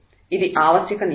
ఇది ఆవశ్యక నియమం